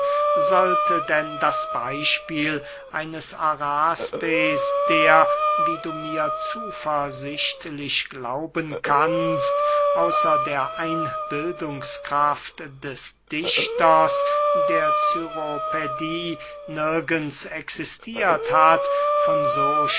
sollte denn das beyspiel eines araspes der wie du mir zuversichtlich glauben kannst außer der einbildungskraft des dichters der cyropädie nirgends existiert hat von